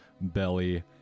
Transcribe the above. belly